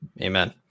Amen